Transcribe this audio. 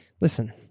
Listen